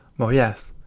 well, yes,